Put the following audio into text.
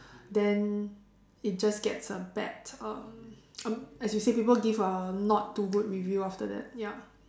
then it just gets a bad um as you say people give a not too good review after that ya